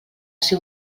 ser